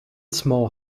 small